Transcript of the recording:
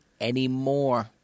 anymore